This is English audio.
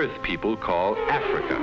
earth people call africa